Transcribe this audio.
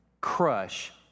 crush